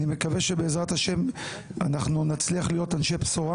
אני מקווה שבעזרת השם אנחנו נצליח להיות אנשי בשורה